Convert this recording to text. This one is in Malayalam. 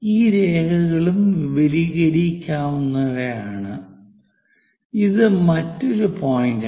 ഈ രേഖകളും വിപുലീകരിക്കാവുന്നവയാണ് ഇത് മറ്റൊരു പോയിന്റാണ്